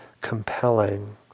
compelling